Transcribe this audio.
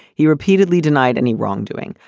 he repeatedly denied any wrongdoing.